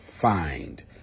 find